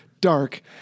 dark